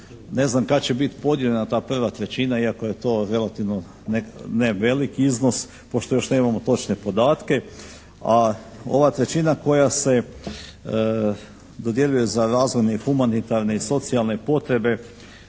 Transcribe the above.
ne znam kad će biti podijeljena ta prva trećina, iako je to relativno nevelik iznos, pošto još nemamo točne podatke. A ova trećina koja se dodjeljuje za razvojne i humanitarne i socijalne potrebe